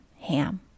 Ham